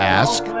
ask